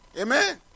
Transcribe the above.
Amen